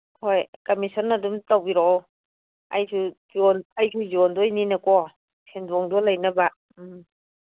commission ꯑꯗꯨꯝ ꯇꯧꯕꯤꯔꯛꯑꯣ ꯑꯩꯁꯨ ꯑꯩꯁꯨ ꯌꯣꯟꯗꯣꯏꯅꯤꯀꯣ ꯁꯦꯟꯗꯣꯡꯗꯣ ꯂꯩꯅꯕ ꯎꯝ